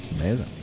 Amazing